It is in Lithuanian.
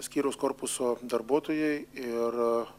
skyriaus korpuso darbuotojai ir